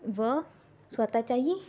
व स्वतःच्याही